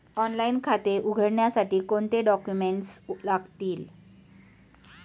Online खाते उघडण्यासाठी कोणते डॉक्युमेंट्स लागतील?